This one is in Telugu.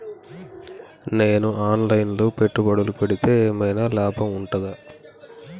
నేను ఆన్ లైన్ లో పెట్టుబడులు పెడితే ఏమైనా లాభం ఉంటదా?